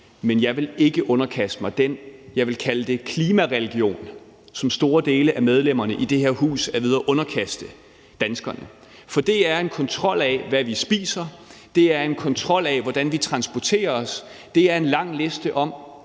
Men jeg vil ikke underkaste mig den, jeg vil kalde det klimareligion, som store dele af medlemmerne i det her hus er ved at underkaste danskerne, for det er en kontrol af, hvad vi spiser, og det er en kontrol af, hvordan vi transporterer os. Det er en lang liste over